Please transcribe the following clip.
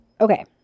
Okay